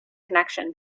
connection